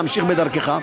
להמשיך בדרכך.